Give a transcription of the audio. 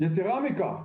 יתרה מכך.